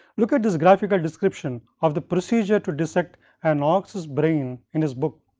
look at this graphical description of the procedure to dissect an ox's brain in his book.